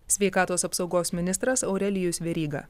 sveikatos apsaugos ministras aurelijus veryga